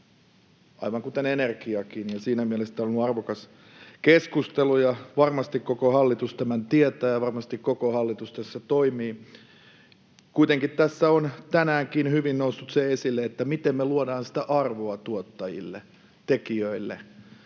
aivan kuten energiakin. Siinä mielestäni tämä on ollut arvokas keskustelu, ja varmasti koko hallitus tämän tietää, ja varmasti koko hallitus tässä toimii. Kuitenkin tässä on tänäänkin hyvin noussut esille se, miten me luodaan sitä arvoa tuottajille, tekijöille,